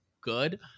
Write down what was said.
good